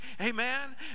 Amen